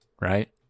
right